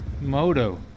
Moto